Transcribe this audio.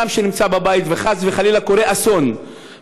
אם אדם נמצא בבית וחס וחלילה קורה אסון,